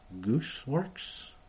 Gooseworks